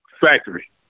factory